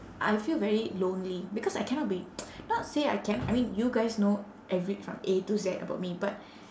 I feel very lonely because I cannot be not say I can~ I mean you guys know every~ from A to Z about me but